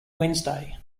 wednesday